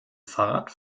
fahrrad